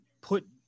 put